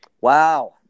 Wow